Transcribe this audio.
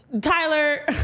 Tyler